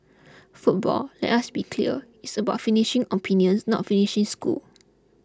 football let us be clear is about finishing opponents not finishing school